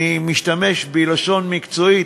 אני משתמש בלשון מקצועית,